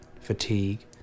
fatigue